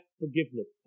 forgiveness